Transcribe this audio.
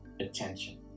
attention